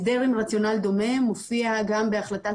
הסדר עם רציונל דומה מופיע גם בהחלטת